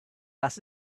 das